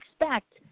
expect